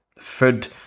food